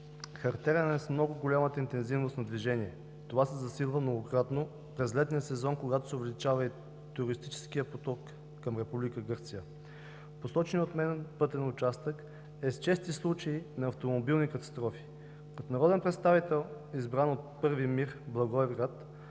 Характерен е с много голямата интензивност на движението. Това се засилва многократно през летния сезон, когато се увеличава и туристическият поток към Република Гърция. Посоченият от мен пътен участък е с чести случаи на автомобилни катастрофи. Като народен представител, избран от Първи МИР – Благоевград,